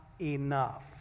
enough